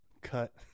cut